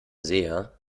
seher